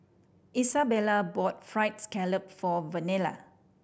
Isabela bought Fried Scallop for Vernelle